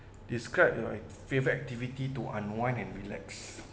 describe your favourite activity to unwind and relax